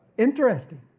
interesting,